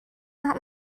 not